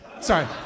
Sorry